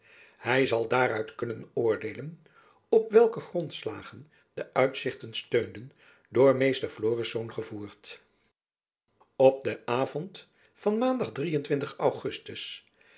hy zal daaruit kunnen oordeelen op welke grondslagen de uitzichten steunden door meester florisz gevoerd op den avond van maandag ugustus